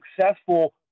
successful